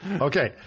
Okay